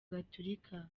gatolika